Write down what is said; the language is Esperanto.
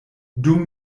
dum